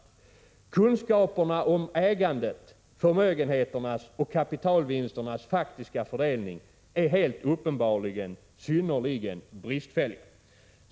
Kunskaperna om ägandet och om förmögenheternas och kapitalvinsternas faktiska fördelning är uppenbarligen synnerligen bristfälliga.